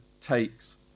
takes